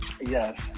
Yes